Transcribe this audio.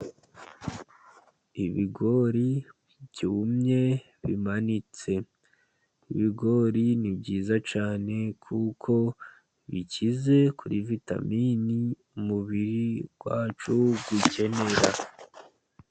Ibigori byumye bimanitse, ibigori ni byiza cyane kuko bikize kuri vitamini umubiri wacu ukenera.